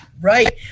right